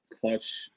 clutch